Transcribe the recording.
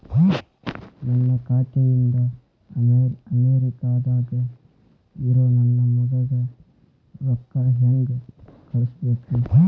ನನ್ನ ಖಾತೆ ಇಂದ ಅಮೇರಿಕಾದಾಗ್ ಇರೋ ನನ್ನ ಮಗಗ ರೊಕ್ಕ ಹೆಂಗ್ ಕಳಸಬೇಕ್ರಿ?